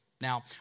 Now